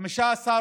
רק 15 עובדים